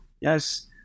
yes